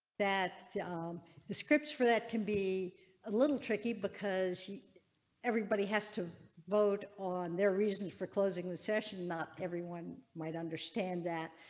that the um the scripts for that can be a little tricky because everybody has to vote on their reasons for closing the session not everyone might understand that.